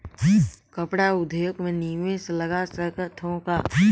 कपड़ा उद्योग म निवेश लगा सकत हो का?